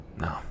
no